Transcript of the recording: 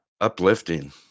uplifting